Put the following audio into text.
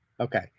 Okay